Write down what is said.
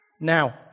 Now